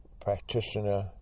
practitioner